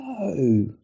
No